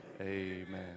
Amen